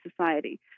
society